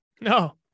No